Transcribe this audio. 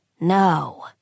No